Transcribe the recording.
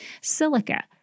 silica